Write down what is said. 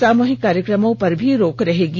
सामूहिक कार्यक्रमों पर भी रोक रहेगी